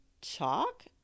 Chalk